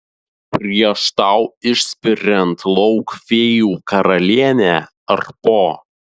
prieš tau išspiriant lauk fėjų karalienę ar po